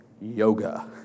yoga